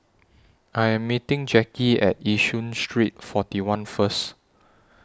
I Am meeting Jackie At Yishun Street forty one First